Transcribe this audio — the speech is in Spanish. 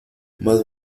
más